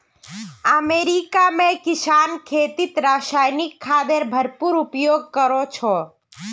America में किसान खेतीत रासायनिक खादेर भरपूर उपयोग करो छे